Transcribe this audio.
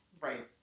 Right